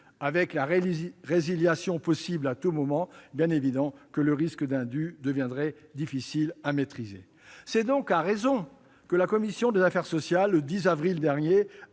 Avec la résiliation possible à tout moment, le risque d'indus deviendrait évidemment difficile à maîtriser. C'est donc à raison que la commission des affaires sociales, le 10 avril dernier,